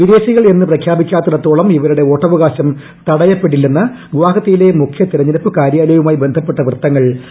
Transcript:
വിദേശികൾ എന്ന് പ്രഖ്യാപിക്കാത്തിടത്തോളം ഇവരുടെ വോട്ടവകാശം തടയപ്പെട്ടില്ലെന്നു ഗുവാഹത്തിയിലെ മുഖ്യതെരഞ്ഞെടുപ്പ് കാര്യാലയവുമായി ബന്ധപ്പെട്ട വൃത്തങ്ങൾ വൃക്തമാക്കി